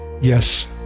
yes